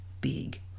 big